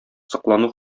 соклану